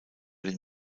den